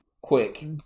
Quick